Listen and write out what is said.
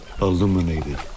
Illuminated